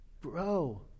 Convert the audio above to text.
bro